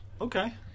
Okay